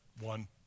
One